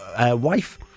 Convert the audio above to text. wife